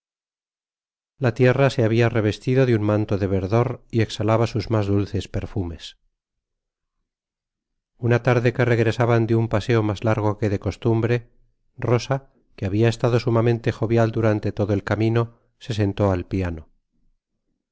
la tierra se habia revestido de un manto de verdor y exhalaba sus mas dulces perfumes una tarde que regresaban de un paseo mas largo que de costumbre rosa que habia estado sumamente jovial durante lodo el camino se sentó al piano